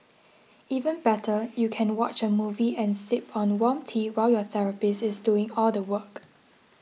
even better you can watch a movie and sip on warm tea while your therapist is doing all the work